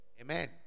Amen